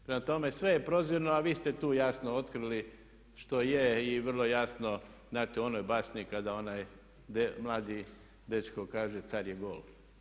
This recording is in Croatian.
Prema tome, sve je prozirno, a vi ste tu jasno otkrili što je i vrlo jasno znate u onoj basni kada onaj mladi dečko kaže car je gol.